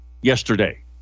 yesterday